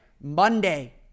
Monday